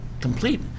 complete